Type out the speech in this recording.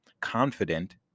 confident